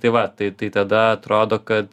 tai va tai tai tada atrodo kad